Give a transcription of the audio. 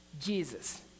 Jesus